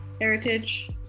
heritage